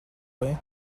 way